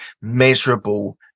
measurable